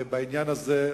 בעניין הזה.